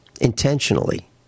intentionally